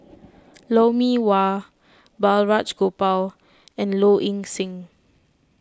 Lou Mee Wah Balraj Gopal and Low Ing Sing